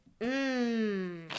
Mmm